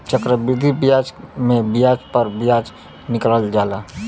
चक्रवृद्धि बियाज मे बियाज प बियाज निकालल जाला